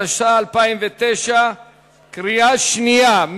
התש"ע 2009. קריאה שנייה,